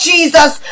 Jesus